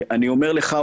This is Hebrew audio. אני אומר לך,